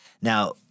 Now